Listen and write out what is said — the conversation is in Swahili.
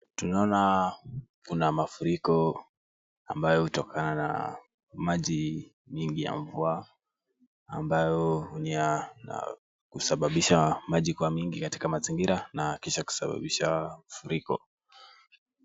Tunaona kuna mafuriko ambayo hutokana na maji nyingi ya mvua ambayo husabibisha maji kwa mingi katika mazingira na kisha kusabibisha mafuriko.